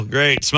Great